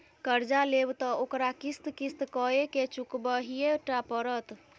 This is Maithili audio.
कर्जा लेब त ओकरा किस्त किस्त कए केँ चुकबहिये टा पड़त